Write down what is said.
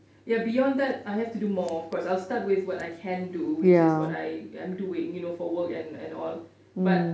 ya beyond that I have to do more of course I'll start with what I can do which is what I'm doing you know for work and and all but